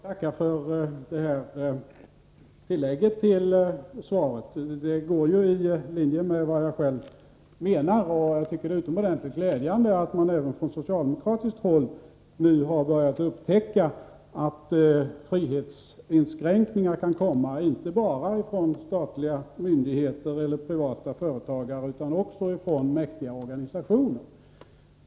Fru talman! Jag ber att få tacka för detta tillägg till svaret. Det ligger ju i linje med vad jag själv menar, och jag tycker det är utomordentligt glädjande att man även från socialdemokratiskt håll nu har börjat upptäcka att frihetsinskränkningar kan komma inte bara från statliga myndigheter eller privata företagare utan också från mäktiga organisationer.